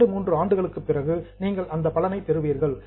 இரண்டு மூன்று ஆண்டுகளுக்குப் பிறகு நீங்கள் அந்த பலனை பெறுவீர்கள்